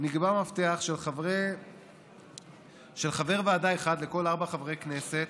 נקבע מפתח של חבר ועדה אחד לכל ארבעה חברי כנסת.